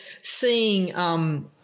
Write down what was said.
seeing –